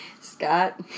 Scott